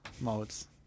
modes